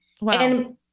Wow